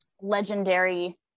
legendary